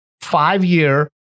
five-year